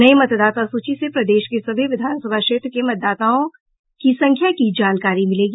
नई मतदाता सूची से प्रदेश के सभी विधानसभा क्षेत्र के मतदाताओं के संख्या की जानकारी मिलेगी